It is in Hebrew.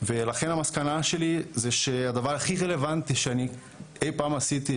ולכן המסקנה שלי זה שהדבר הכי רלוונטי שאני אי פעם עשיתי